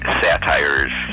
satires